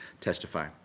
testify